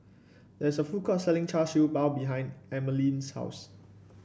there is a food court selling Char Siew Bao behind Emmaline's house